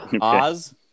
Oz